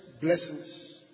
blessings